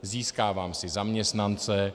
Získávám si zaměstnance.